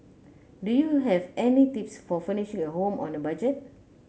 do you have any tips for furnishing a home on a budget